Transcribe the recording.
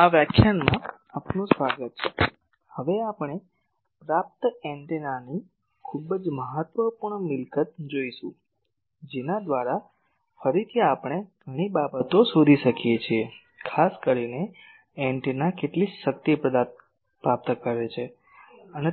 આ વ્યાખ્યાનમાં આપનું સ્વાગત છે હવે આપણે રીસીવિંગ એન્ટેનાની ખૂબ જ મહત્વપૂર્ણ મિલકત જોશું જેના દ્વારા ફરીથી આપણે ઘણી બાબતો શોધી શકીએ છીએ ખાસ કરીને એન્ટેના કેટલી શક્તિ પ્રાપ્ત કરે છે